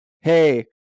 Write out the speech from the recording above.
hey